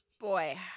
boy